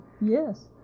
Yes